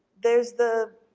there's the,